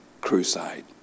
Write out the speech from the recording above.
crusade